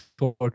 short